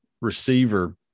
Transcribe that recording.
receiver